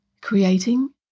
creating